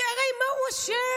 כי הרי מה הוא אשם?